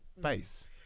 base